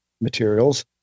materials